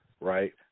right